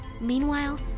Meanwhile